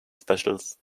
specials